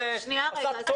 פשוט.